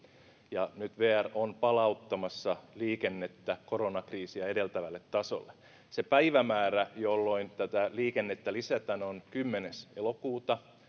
ja nyt vr on palauttamassa liikennettä koronakriisiä edeltävälle tasolle se päivämäärä jolloin tätä liikennettä lisätään on kymmenes elokuuta